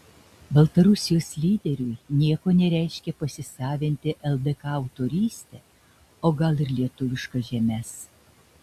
baltarusijos lyderiui nieko nereiškia pasisavinti ldk autorystę o gal ir lietuviškas žemes